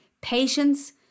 Patience